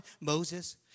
Moses